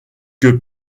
que